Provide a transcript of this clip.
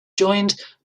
joined